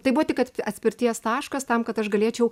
tai buvo tik kad atspirties taškas tam kad aš galėčiau